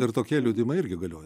ir tokie liudyjimai irgi galioja